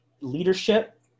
leadership